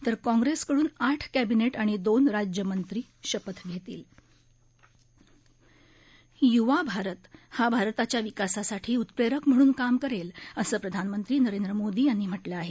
तर काँग्रेसकडून आठ कॅबिनेट आणि दोन राज्यमंत्री शपथ घेतील य्वा भारत हा भारताच्या विकासासाठी उत्प्रेरक म्हणून काम करेल असं प्रधानमंत्री नरेंद्र मोदी यांनी म्हटलं आहे